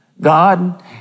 God